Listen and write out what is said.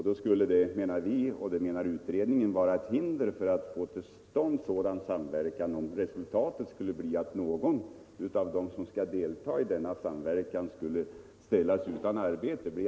Då skulle det, menar vi — och det menar också utredningen —, vara ett hinder för att få till stånd sådan samverkan, om resultatet skulle bli att någon av deltagarna ställdes utan arbete.